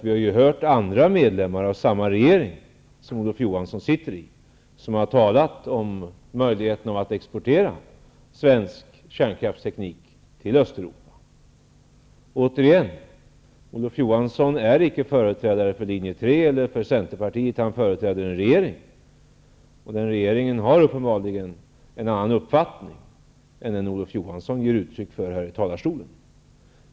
Vi har ju hört andra medlemmar av den regering som Olof Johansson sitter i tala om möjligheten att exportera svensk kärnkraftsteknik till Östeuropa. Återigen: Olof Johansson är icke företrädare för linje 3 eller Centerpartiet. Han företräder en regering, och den regeringen har uppenbarligen en annan uppfattning än den Olof Johansson ger uttryck för här i talarstolen.